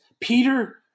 Peter